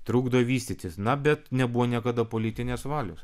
trukdo vystytis na bet nebuvo niekada politinės valios